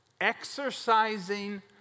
exercising